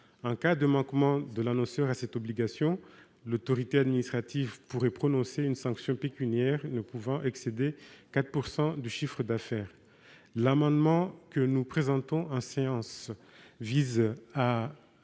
En cas de manquement de l'annonceur à cette obligation, l'autorité administrative pourrait prononcer une sanction pécuniaire ne pouvant pas excéder 4 % du chiffre d'affaires. L'amendement que nous présentons en séance vise à